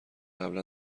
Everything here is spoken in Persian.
قبلا